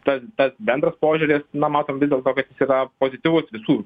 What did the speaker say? tas tas bendras požiūris na matom vis dėlto kad jis yra pozityvus visų